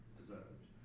deserved